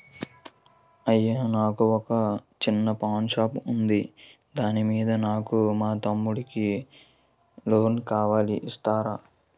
అయ్యా నాకు వొక చిన్న పాన్ షాప్ ఉంది దాని మీద నాకు మా తమ్ముడి కి లోన్ కావాలి ఇస్తారా?